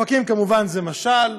אופקים כמובן זה משל,